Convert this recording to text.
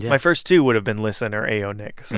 my first two would've been, listen, or, ay, yo, nick